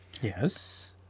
Yes